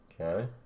Okay